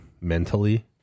mentally